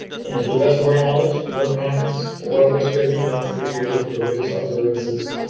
and to the best of our knowledge, no conference or other scheduled events interfered with religious observances